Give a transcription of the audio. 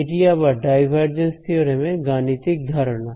এটি আবার divergence theorem এর একটি গাণিতিক ধারণা